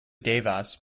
devas